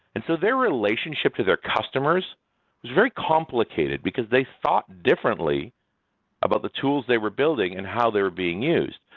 and so their relationship to their customers is very complicated because they thought differently about the tools they were building and how they were being used.